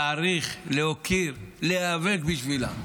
להעריך, להוקיר, להיאבק בשבילם?